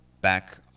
Back